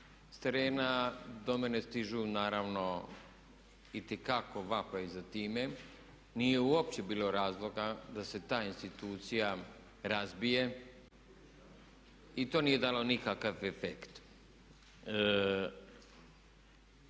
terena do mene stižu naravno itekako vapaji za time. Nije uopće bilo razloga da se ta institucija razbije i to nije dalo nikakav efekt.